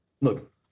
look